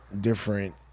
different